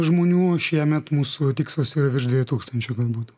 žmonių šiemet mūsų tikslas yra virš dviejų tūkstančių galbūt